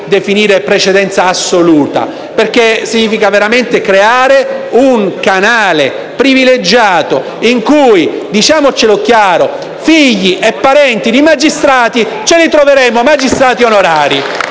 non si può definire precedenza assoluta, perché significherebbe veramente creare un canale privilegiato in cui - diciamocelo chiaramente - figli e parenti di magistrati ce li ritroveremmo magistrati onorari.